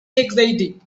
exciting